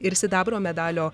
ir sidabro medalio